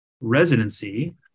residency